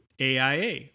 AIA